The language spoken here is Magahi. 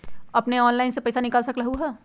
अपने ऑनलाइन से पईसा निकाल सकलहु ह?